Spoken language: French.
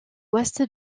ouest